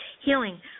healing